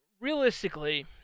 Realistically